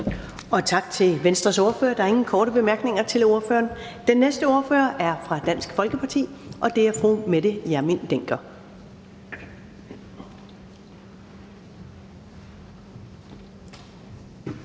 Tak til Venstres ordfører. Der er ingen korte bemærkninger til ordføreren. Den næste ordfører er fra Dansk Folkeparti, og det er fru Mette Hjermind Dencker.